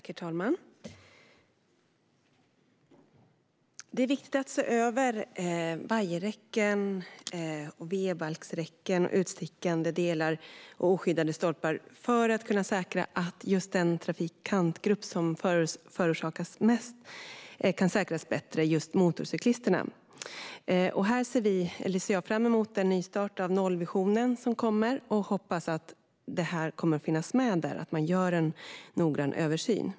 Herr talman! Det är viktigt att se över vajerräcken, W-balksräcken, utstickande delar och oskyddade stolpar för att se till att den mest utsatta trafikantgruppen, motorcyklisterna, kan säkras bättre. Jag ser fram emot den nystart för nollvisionen som kommer och hoppas att detta kommer att finnas med där - att man gör en noggrann översyn.